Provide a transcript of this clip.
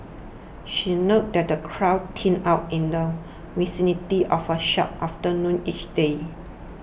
she noted that the crowds thin out in the vicinity of her shop after noon each day